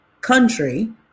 country